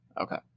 Okay